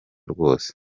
rwose